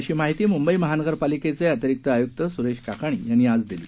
अशी माहिती मुंबई महानगरपालिकेचे अतिरिक्त आयुक्त सुरेश काकांनी यांनी आज दिली